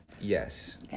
Yes